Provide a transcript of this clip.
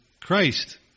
Christ